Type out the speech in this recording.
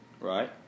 Right